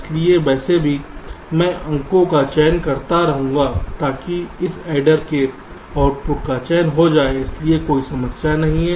इसलिए वैसे भी मैं अंकों का चयन करता रहूंगा ताकि इस एडर के आउटपुट का चयन हो जाए इसलिए कोई समस्या नहीं है